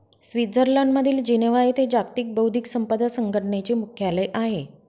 स्वित्झर्लंडमधील जिनेव्हा येथे जागतिक बौद्धिक संपदा संघटनेचे मुख्यालय आहे